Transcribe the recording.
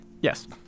Yes